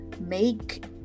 make